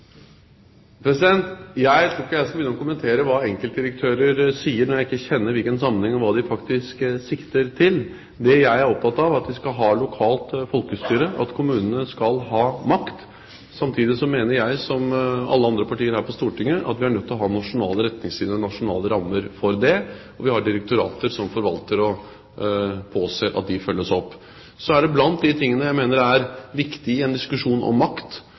Jeg tror ikke jeg skal begynne å kommentere hva enkeltdirektører sier, når jeg ikke kjenner sammenhengen og hva de faktisk sikter til. Det jeg er opptatt av, er at vi skal ha lokalt folkestyre, at kommunene skal ha makt. Samtidig mener jeg – som alle andre partier her på Stortinget – at vi er nødt til å ha nasjonale retningslinjer, nasjonale rammer for det, og vi har direktorater som forvalter og påser at de følges opp. Blant de tingene som er viktige i en diskusjon om makt,